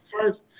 first